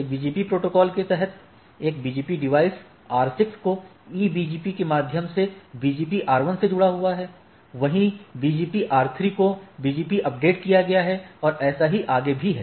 और BGP protocol के तहत एक BGP डिवाइस R6 को EBGP के माध्यम से BGP R1 से जुड़ा हुआ है वहीँ BGP R3 को BGP अपडेट किया गया है और ऐसा ही और आगे भी है